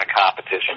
competition